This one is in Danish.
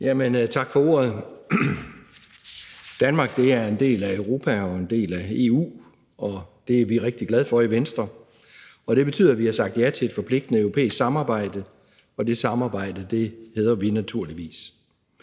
(V): Tak for ordet. Danmark er en del af Europa og en del af EU, og det er vi rigtig glade for i Venstre. Det betyder, at vi har sagt ja til et forpligtende europæisk samarbejde, og det samarbejde hædrer vi naturligvis.